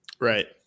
Right